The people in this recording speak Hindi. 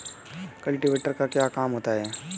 कल्टीवेटर का क्या काम होता है?